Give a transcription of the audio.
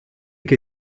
che